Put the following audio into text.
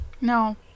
No